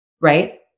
right